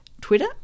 Twitter